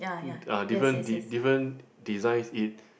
mm uh different de~ different designs it